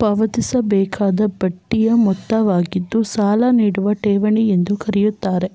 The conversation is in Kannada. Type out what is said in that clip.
ಪಾವತಿಸಬೇಕಾದ ಬಡ್ಡಿಯ ಮೊತ್ತವಾಗಿದ್ದು ಸಾಲ ನೀಡಿದ ಠೇವಣಿ ಎಂದು ಕರೆಯುತ್ತಾರೆ